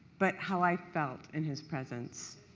but how i felt in his presence.